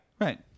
right